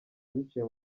biciye